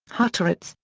hutterites,